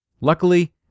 Luckily